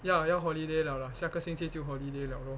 ya 要 holiday liao 了下个星期就 holiday liao lor